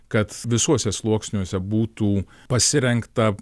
kad visuose sluoksniuose būtų pasirengta